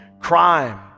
Crime